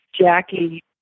Jackie